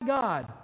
God